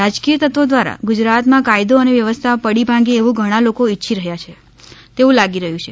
રાજ્કીય તત્વો દ્વારા ગુજરાત માં કાયદો અને વ્યવસ્થા પડી ભાંગે એવુ ઘણા લોકો ઇચ્છી રહ્યા છે તેવુ લાગી રહ્યું છે